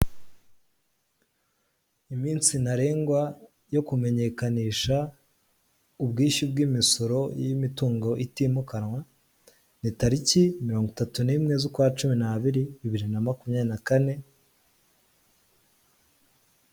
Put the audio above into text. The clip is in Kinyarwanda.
Iminsi ntarengwa yo kumenyekanisha ubwishyu bw'imisoro y'imitungo itimukanwa ni tariki mirongo itatu n'imwe z'ukwa cumi n'abiri bibiri na makumya na kane.